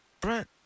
Brent